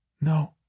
No